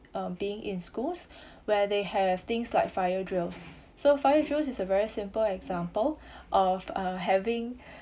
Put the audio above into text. um being in schools where they have things like fire drills so fire drills is a very simple example of uh having